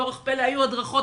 באורח פלא היו תוכניות,